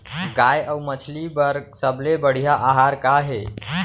गाय अऊ मछली बर सबले बढ़िया आहार का हे?